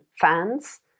fans